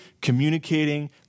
communicating